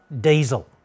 diesel